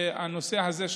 שהנושא הזה,